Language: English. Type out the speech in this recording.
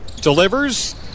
delivers